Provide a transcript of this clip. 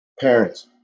Parents